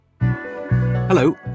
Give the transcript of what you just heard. Hello